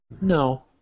No